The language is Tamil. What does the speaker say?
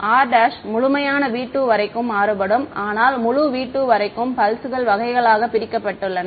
r' முழுமையான V 2 வரைக்கும் மாறுபடும் ஆனால் முழு V 2 வரைக்கும் பல்ஸ்கள் வகைகளாக பிரிக்கப்பட்டன